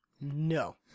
no